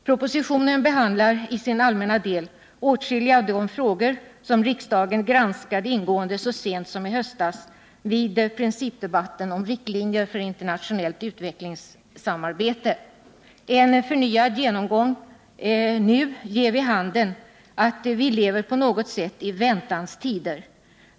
Propositionen behandlar i sin allmänna del åtskilliga av de frågor som riksdagen granskade ingående så sent som i höstas vid den principiella debatten om riktlinjer för internationellt utvecklingssamarbete. En förnyad genomgång nu ger vid handen att vi lever på något sätt i väntans tider.